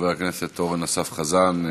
חבר הכנסת אורן אסף חזן,